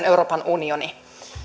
euroopan unioni